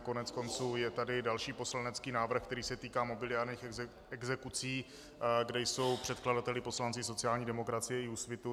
Koneckonců je tady další poslanecký návrh, který se týká mobiliárních exekucí, kde jsou předkladateli poslanci sociální demokracie i Úsvitu.